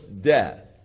death